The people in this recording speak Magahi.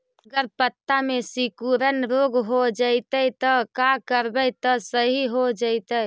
अगर पत्ता में सिकुड़न रोग हो जैतै त का करबै त सहि हो जैतै?